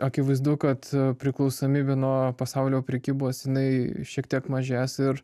akivaizdu kad priklausomybė nuo pasaulio prekybos jinai šiek tiek mažės ir